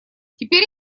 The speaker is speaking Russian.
теперь